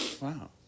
Wow